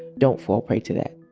don't fall prey to that